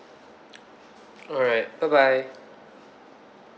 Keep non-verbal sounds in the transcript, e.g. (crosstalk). (noise) alright bye bye